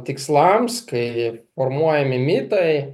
tikslams kai formuojami mitai